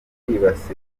kwibasirwa